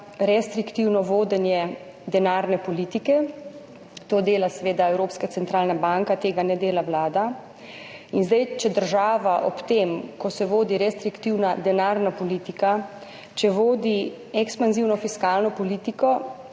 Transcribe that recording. restriktivno vodenje denarne politike. To dela seveda Evropska centralna banka, tega ne dela Vlada. Če država ob tem, ko se vodi restriktivna denarna politika, vodi ekspanzivno fiskalno politiko,